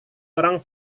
orang